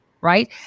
right